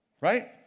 Right